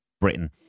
Britain